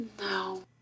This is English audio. No